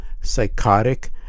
psychotic